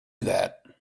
that